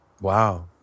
Wow